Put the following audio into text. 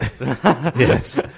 yes